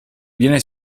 viene